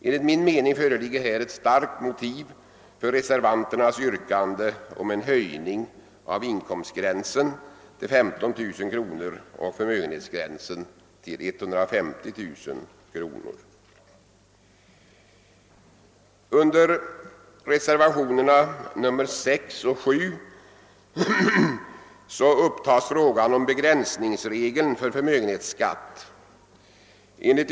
Enligt min mening föreligger ett starkt motiv för reservanternas yrkande om en höjning av inkomstgränsen till 15 000 kr. och förmögenhetsgränsen till 150 000 kr. servanterna.